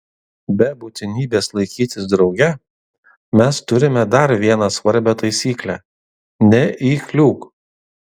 be būtinybės laikytis drauge mes turime dar vieną svarbią taisyklę neįkliūk